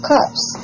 Cups